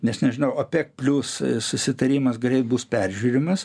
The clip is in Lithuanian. nes nežinau opek plius susitarimas greit bus peržiūrimas